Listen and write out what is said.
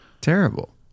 Terrible